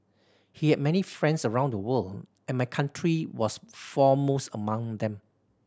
he had many friends around the world and my country was foremost among them